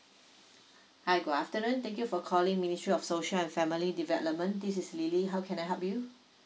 hi good afternoon thank you for calling ministry of social and family development this is lily how can I help you